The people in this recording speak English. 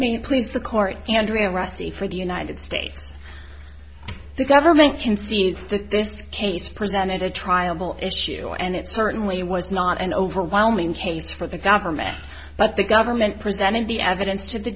mean please the court andrea resi for the united states government can see its the case presented a trial issue and it certainly was not an overwhelming case for the government but the government presented the evidence to the